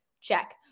Check